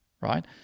right